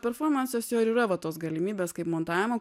performansas jo ir yra va tos galimybės kaip montavimo